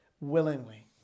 willingly